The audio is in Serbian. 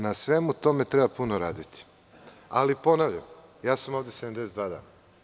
Na svemu tome treba puno raditi, ali, ponavljam, ja sam ovde 72 dana.